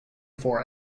for